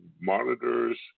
monitors